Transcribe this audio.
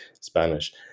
Spanish